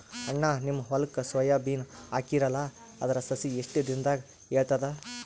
ಅಣ್ಣಾ, ನಿಮ್ಮ ಹೊಲಕ್ಕ ಸೋಯ ಬೀನ ಹಾಕೀರಲಾ, ಅದರ ಸಸಿ ಎಷ್ಟ ದಿಂದಾಗ ಏಳತದ?